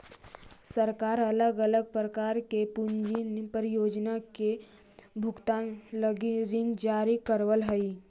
सरकार अलग अलग प्रकार के पूंजी परियोजना के भुगतान लगी ऋण जारी करवऽ हई